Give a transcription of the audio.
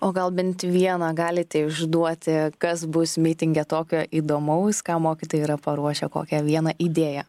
o gal bent vieną galite išduoti kas bus mitinge tokio įdomaus ką mokytojai yra paruošę kokią vieną idėją